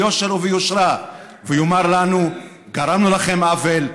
ביושר וביושרה ויאמר לנו: גרמנו לכם עוול,